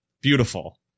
beautiful